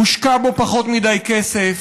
הושקע בו פחות מדי כסף,